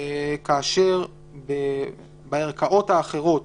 כאשר בערכאות האחרות